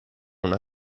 una